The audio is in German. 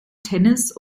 tennis